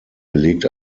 belegt